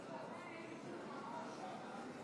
משה אבוטבול, נגד יולי יואל אדלשטיין,